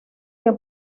que